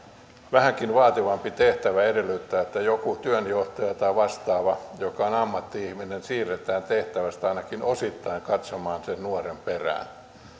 vähänkin vaativampi tehtävä edellyttää että joku työnjohtaja tai vastaava joka on ammatti ihminen siirretään tehtävästään ainakin osittain katsomaan sen nuoren perään